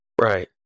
Right